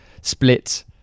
split